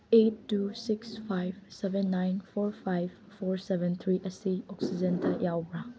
eight two six five seven nine four five four seven three ꯑꯁꯤ ꯑꯣꯛꯁꯤꯖꯦꯟꯗ ꯌꯥꯎꯕ꯭ꯔ